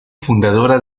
fundadora